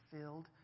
filled